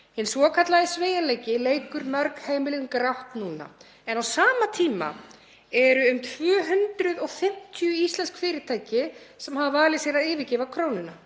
Hinn svokallaði sveigjanleiki leikur mörg heimilin grátt núna, en á sama tíma eru um 250 íslensk fyrirtæki sem hafa valið að yfirgefa krónuna